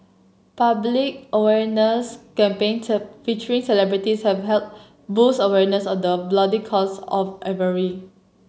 public awareness campaigns featuring celebrities have helped boost awareness of the bloody cost of ivory